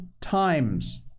times